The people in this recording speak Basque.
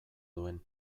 duen